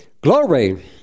Glory